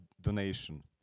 donation